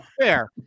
fair